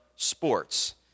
Sports